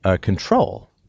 control